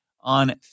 On